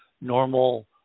normal